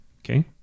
okay